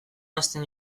hazten